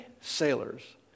sailors